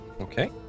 Okay